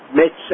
met